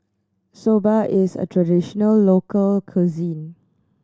soba is a traditional local cuisine